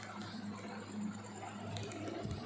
పత్తిలో నల్లా మచ్చలను నివారించడం ఎట్లా?